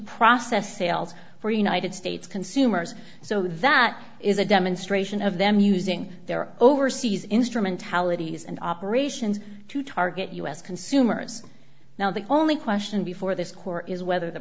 process sales for united states consumers so that is a demonstration of them using their overseas instrumentalities and operations to target u s consumers now the only question before this core is whether the